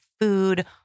food